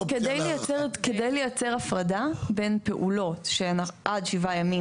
כדי לייצר הפרדה בין פעולות עד 7 ימים,